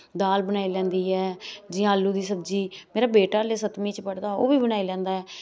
दाल बनाई लैंदी ऐ जि'यां आलू दी सब्जी मेरा बेटा अल्लै सतमीं च पढ़दा ऐ ओह् बी बनाई लैंदा ऐ